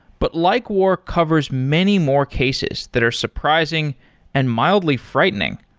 but likewar covers many more cases that are surprising and mildly frightening,